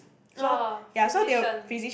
orh physicians